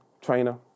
trainer